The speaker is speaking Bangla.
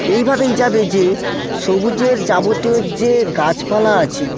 এইভাবেই যাবে যে সবুজের যাবতীয় যে গাছপালা আছে